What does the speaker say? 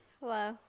Hello